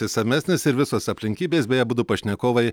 išsamesnis ir visos aplinkybės beje abudu pašnekovai